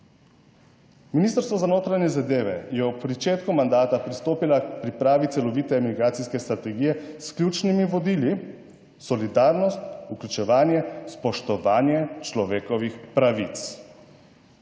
Ministrstvo za notranje zadeve je ob pričetku mandata pristopilo k pripravi celovite migracijske strategije s ključnimi vodili, solidarnost, vključevanje, spoštovanje človekovih pravic.